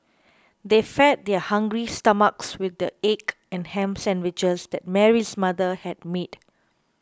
they fed their hungry stomachs with the egg and ham sandwiches that Mary's mother had made